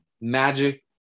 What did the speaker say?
Magic